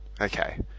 Okay